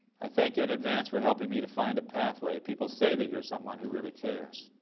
i thank you in advance for helping me to find a pathway. people say that you're someone who really cares.